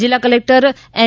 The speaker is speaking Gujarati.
જીલ્લા કલેક્ટર એન